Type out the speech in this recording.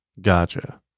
Gotcha